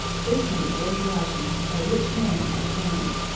this made george washington a rich man at twenty.